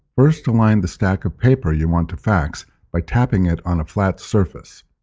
first align the stack of paper you want to fax by tapping it on a flat surface.